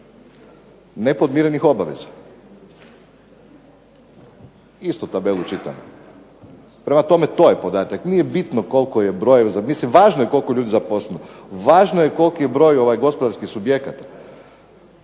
nepodmirenih obaveza. Istu tabelu čitam. Prema tome, to je podatak, nije bitno koliko je brojeva, mislim važno je koliko je ljudi zaposleno, važno je koliki je broj gospodarskih subjekata,